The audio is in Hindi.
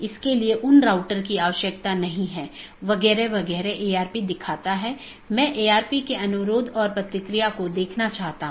इसके बजाय हम जो कह रहे हैं वह ऑटॉनमस सिस्टमों के बीच संचार स्थापित करने के लिए IGP के साथ समन्वय या सहयोग करता है